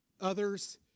others